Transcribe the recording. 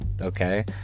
okay